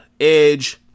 Edge